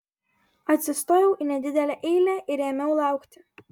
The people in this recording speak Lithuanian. atsistojau į nedidelę eilę ir ėmiau laukti